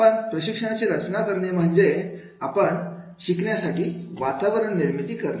पण प्रशिक्षणाची रचना करणे म्हणजे आपण शिकण्यासाठी वातावरणनिर्मिती करणे